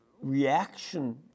reaction